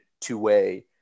two-way